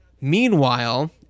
Meanwhile